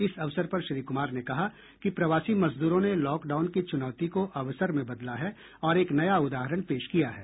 इस अवसर पर श्री कुमार ने कहा कि प्रवासी मजदूरों ने लॉकडाउन की चुनौती को अवसर में बदला है और एक नया उदाहरण पेश किया है